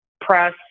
press